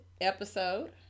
episode